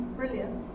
brilliant